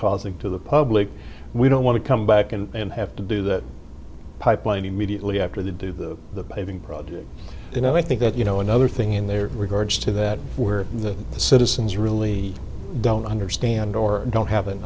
causing to the public we don't want to come back and have to do that pipeline immediately after they do the paving project you know i think that you know another thing in there regards to that where the citizens really don't understand or don't have an